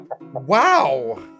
Wow